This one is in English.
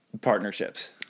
partnerships